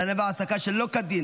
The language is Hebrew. הלנה והעסקה של שוהים שלא כדין),